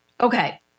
Okay